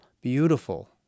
beautiful